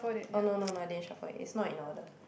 oh no no no I didn't shuffle it's not in order